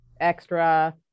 extra